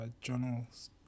journals